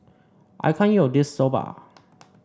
I can't eat all of this Soba